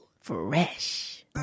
Fresh